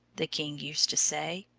the king used to say.